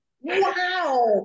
Wow